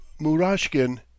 Murashkin